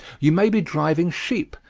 you may be driving sheep,